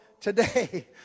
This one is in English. today